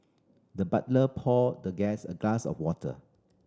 the butler poured the guest a glass of water